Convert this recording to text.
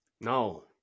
No